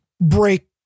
break